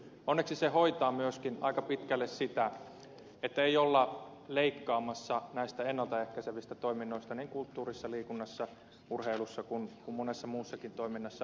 onneksi se hoitaa myöskin aika pitkälle sitä että ei olla leikkaamassa näistä ennalta ehkäisevistä toiminnoista niin kulttuurissa liikunnassa urheilussa kuin monessa muussakaan toiminnassa